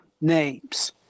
names